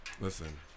listen